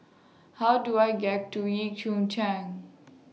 How Do I get to Yio Chu Chang